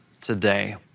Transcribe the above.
today